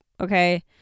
Okay